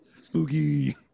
Spooky